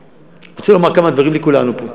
אני רוצה לומר כמה דברים לכולנו פה.